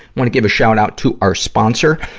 wanna give a shout-out to our sponsor,